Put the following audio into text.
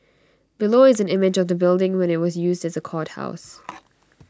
below is an image of the building when IT was used as A courthouse